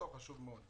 זה חשוב מאוד.